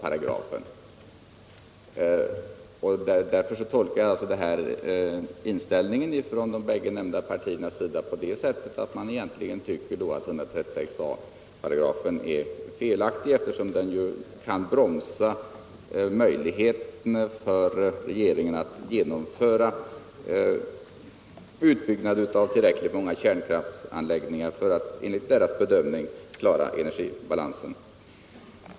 Av den anledningen tolkar jag inställningen från de båda nämnda partiernas sida på det sättet att man egentligen tycker att 136 a § är felaktig, eftersom den ju kan bromsa möjligheten för regeringen att genomföra utbyggnad av tillräckligt många kärnkraftsanläggningar för att enligt deras bedömning klara energibalansen.